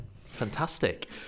fantastic